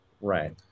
Right